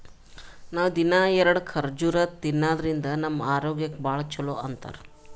ನಾವ್ ದಿನ್ನಾ ಎರಡ ಖರ್ಜುರ್ ತಿನ್ನಾದ್ರಿನ್ದ ನಮ್ ಆರೋಗ್ಯಕ್ ಭಾಳ್ ಛಲೋ ಅಂತಾರ್